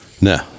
No